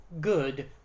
good